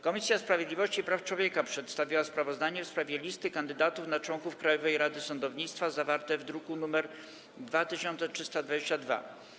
Komisja Sprawiedliwości i Praw Człowieka przedstawiła sprawozdanie w sprawie listy kandydatów na członków Krajowej Rady Sądownictwa, zawarte w druku nr 2322.